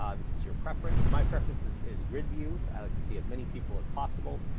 um this is your preference. my preferences is grid view, i like to see as many people as possible,